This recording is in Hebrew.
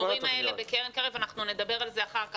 אנחנו נדבר על זה אחר כך.